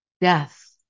death